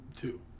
Two